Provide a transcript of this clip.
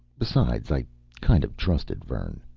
besides, i kind of trusted vern.